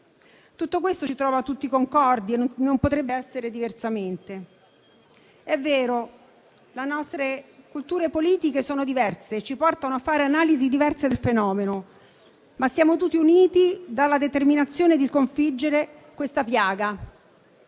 Tutto questo ci trova tutti concordi e non potrebbe essere diversamente. È vero: le nostre culture politiche sono diverse e ci portano a fare analisi diverse del fenomeno, ma siamo tutti uniti dalla determinazione di sconfiggere questa piaga.